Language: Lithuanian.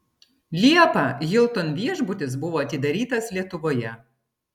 liepą hilton viešbutis buvo atidarytas lietuvoje